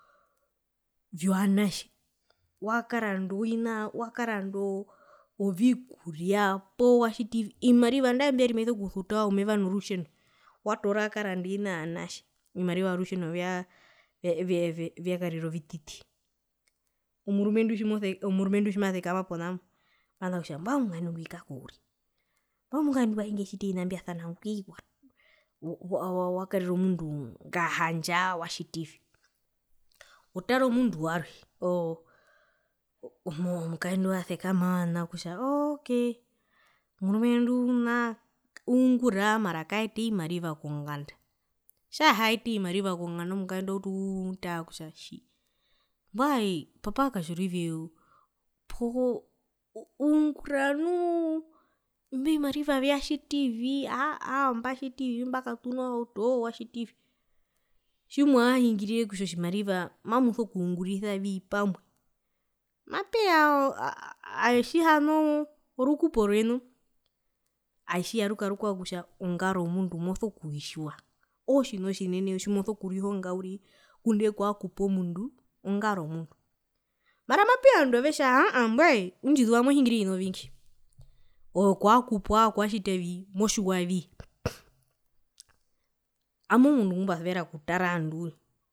Vyovanatje wakaranda ovina wakaranda ovikuria poo watjitivi ovimariva nandae mbiari amaviso kusuta omeva norutjeno watoora wakaranda ovina vyo vanatje ovimariva vyorutjeno vya vya karira ovititi omurumendu tjimoseka omurumendu tjimosekama ponambo mavaza kutja mbwae omukaendu ngwi kako uriri mbwae omukaendu wae ngetjita ovina mbiasanango wa wa karira omundu ngahandja watjitivi. Otara omundu warwe omukaendu wasekama ok omurumendu ma uungura mara kaeta ovimariva konganda tjahaeta ovimariva konganda omukaendu autu okutara kutja tjii mbwae papa wa katjorive po uu ungura nuu imbio vimariva vyatjitivii aaa mbatjitivi mbakatuna ohauto poo mbatjitivi tjimwahahingirire kutja otjimariva mamuso kungurisavi pamwe mapeya aaa atjihana orukupo rwenu atjiyaruka rukwao kutja ongaro yomundu moso kwitjiwa ootjina otjinene tjimoso kurihonga uriri ngundee kwakupa omundu ongaro yomundu mara mapeya ovandu avetja aa mbwae undjizuva mohingire ovina ovingi ove kwakupwa kwatjitavi motjiwavii ami omundu ngumbasuvera okutaa ovandu uriri